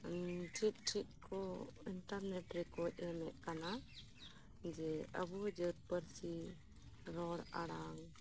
ᱪᱮᱫ ᱪᱮᱫ ᱠᱚ ᱤᱱᱴᱟᱨᱱᱮᱴ ᱨᱮᱠᱚ ᱮᱢᱮᱫ ᱠᱟᱱᱟ ᱡᱮ ᱟᱵᱚ ᱡᱟᱹᱛ ᱯᱟᱹᱨᱥᱤ ᱨᱚᱲ ᱟᱲᱟᱝ